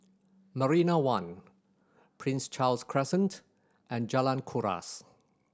Marina One Prince Charles Crescent and Jalan Kuras